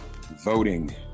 voting